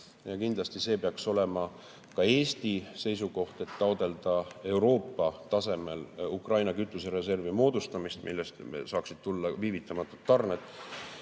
Kindlasti peaks olema ka Eesti seisukoht, et tuleb taotleda Euroopa tasemel Ukraina kütusereservi moodustamist, millest saaksid tulla viivitamatud tarned.